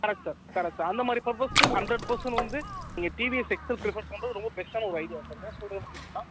correct sir correct sir அந்த மாதிரி பர்பஸ்க்கு ஹண்ட்ரட் பர்சன்ட் வந்து நீங்கள் டிவிஎஸ் எக்ஸல் பிரிஃபர் பண்ணுறது ரொம்ப பெஸ்ட்டான ஒரு ஐடியா சார் ஏன் சொல்கிறேன்னு கேட்டிங்கன்னா